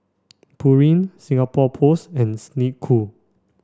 Pureen Singapore Post and Snek Ku